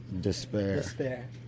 despair